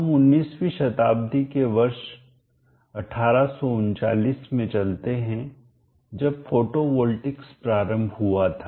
हम 19 वी शताब्दी के वर्ष 1839 में चलते हैं जब फोटोवोल्टिकस प्रारंभ हुआ था